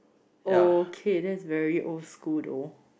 okay that's very old school though